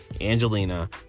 Angelina